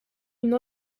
une